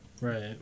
right